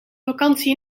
vakantie